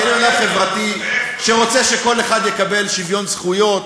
כי אני אדם חברתי שרוצה שכל אחד יקבל שוויון זכויות.